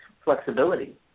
flexibility